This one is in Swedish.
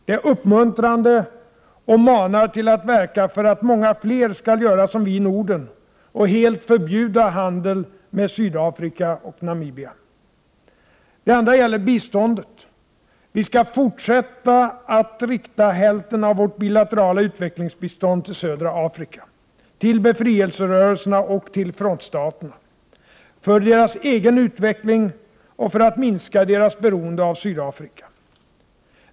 Det är uppmuntrande — och manar till att verka för att många fler skall göra som vi i Norden, och helt förbjuda all handel med Sydafrika och Namibia. Det andra gäller biståndet. Vi skall fortsätta att rikta hälften av vårt bilaterala utvecklingsbistånd till södra Afrika — till befrielserörelserna, och till frontstaterna, för deras egen utveckling och för att minska deras beroende av Sydafrika.